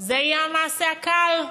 זה יהיה המעשה הקל.